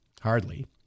Hardly